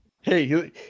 Hey